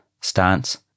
stance